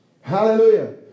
Hallelujah